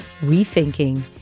Rethinking